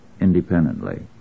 independently